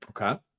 Okay